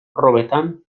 probetan